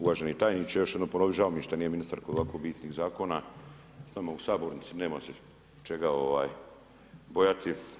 Uvaženi tajniče, još ću jednom ponovit, žao mi je što nije ministar kod ovako bitnih zakona s nama u Sabornici, nema se čega bojati.